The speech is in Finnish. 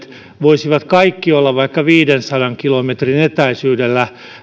voisivat olla vaikka viidensadan kilometrin etäisyydellä